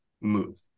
move